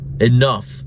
enough